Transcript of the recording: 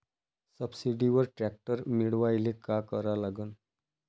सबसिडीवर ट्रॅक्टर मिळवायले का करा लागन?